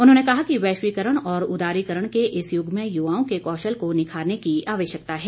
उन्होंने कहा कि वैश्वीकरण और उदारीकरण के इस यूग में यूवाओं के कौशल को निखारने की आवश्यकता है